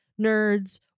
nerds